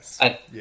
yes